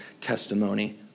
testimony